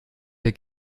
der